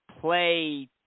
play